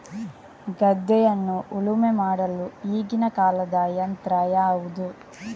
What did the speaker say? ಗದ್ದೆಯನ್ನು ಉಳುಮೆ ಮಾಡಲು ಈಗಿನ ಕಾಲದ ಯಂತ್ರ ಯಾವುದು?